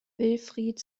wilfried